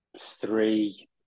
three